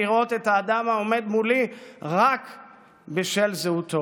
לראות את האדם העומד מולי רק בשל זהותו.